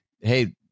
hey